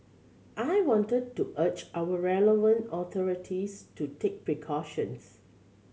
I wanted to urge our relevant authorities to take precautions